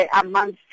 amongst